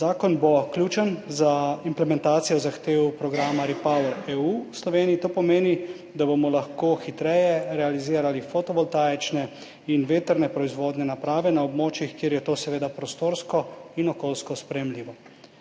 Zakon bo ključen za implementacijo zahtev programa REPowerEU v Sloveniji. To pomeni, da bomo lahko hitreje realizirali fotovoltaične in vetrne proizvodne naprave na območjih, kjer je to seveda prostorsko in okoljsko sprejemljivo.